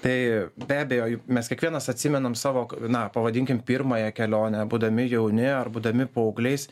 tai be abejo mes kiekvienas atsimenam savo na pavadinkim pirmąją kelionę būdami jauni ar būdami paaugliais